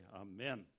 Amen